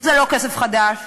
זה לא כסף חדש.